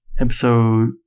Episode